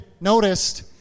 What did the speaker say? noticed